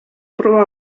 proba